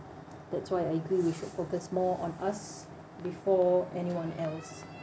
that's why I agree with focus more on us before anyone else